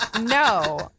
no